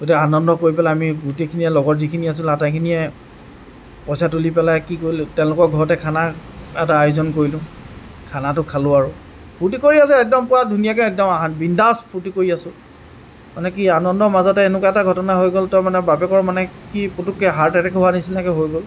গতিকে আনন্দ কৰি পেলাই আমি গোটেইখিনিয়ে লগৰ যিখিনি আছিলোঁ আতাইখিনিয়ে পইচা তুলি পেলায় কি কৰিলোঁ তেওঁলোকৰ ঘৰতে খানা এটা আয়োজন কৰিলোঁ খানাটো খালোঁ আৰু ফুৰ্ত্তি কৰি আছো একদম ধুনীয়াকে আৰু বিন্দাছ ফুৰ্ত্তি কৰি আছো মানে কি আনন্দৰ মাজতে এনেকুৱা ঘটনা এটা হৈ গ'ল তাৰমানে বাপেকৰ মানে কি পোটোকে হাৰ্টএটেক হোৱাৰ নিচিনাকে হৈ গ'ল